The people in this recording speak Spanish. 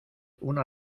una